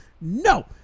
No